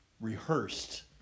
rehearsed